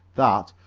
that,